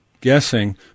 guessing